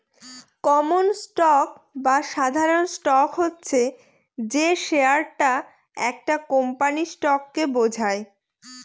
common stock বা সাধারণ stock হচ্ছে যে শেয়ারটা একটা কোম্পানির স্টককে বোঝায়